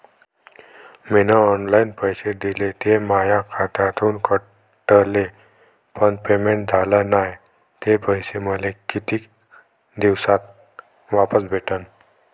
मीन online पैसे दिले, ते माया खात्यातून कटले, पण पेमेंट झाल नायं, ते पैसे मले कितीक दिवसात वापस भेटन?